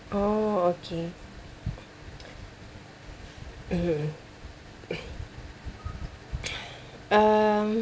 oh okay mmhmm um